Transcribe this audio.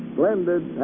blended